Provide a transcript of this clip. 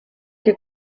que